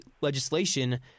legislation